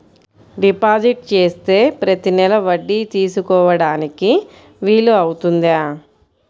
Deposit చేస్తే ప్రతి నెల వడ్డీ తీసుకోవడానికి వీలు అవుతుందా?